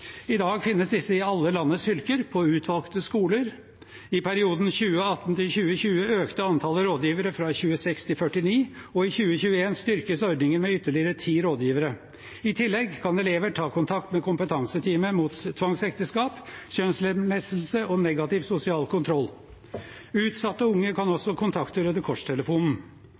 I dag finnes disse i alle landets fylker, på utvalgte skoler. I perioden 2018–2020 økte antallet rådgivere fra 26 til 49, og i 2021 styrkes ordningen med ytterligere 10 rådgivere. I tillegg kan elever ta kontakt med Kompetanseteamet mot tvangsekteskap, kjønnslemlestelse og negativ sosial kontroll. Utsatte unger kan også kontakte Røde